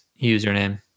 username